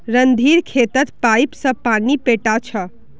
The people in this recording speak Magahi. रणधीर खेतत पाईप स पानी पैटा छ